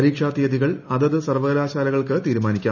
പരീക്ഷാ തീയതികൾ അതതു സർവ്വകലാശാലകൾക്ക് തീരുമാനിക്കാം